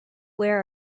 where